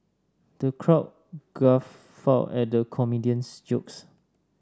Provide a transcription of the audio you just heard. the crowd guffawed at the comedian's jokes